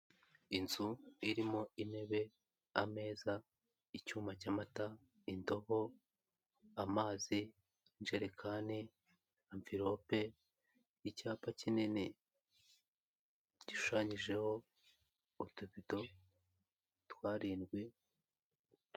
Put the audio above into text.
Inzu irimo intebe, ameza, icyuma cy'amata, indobo, amazi, injerekani, amvirope, icyapa kinini gishushanyijeho utubido twa rindwi.